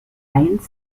eins